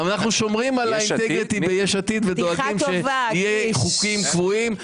אנחנו שומרים על האינטגריטי ב-יש עתיד ודואגים שיהיו חוקים קבועים.